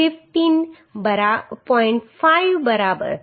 5 બરાબર